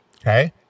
Okay